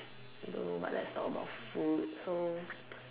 no but let's talk about food so